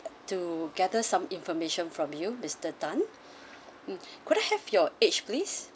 to gather some information from you mister tan mm could I have your age please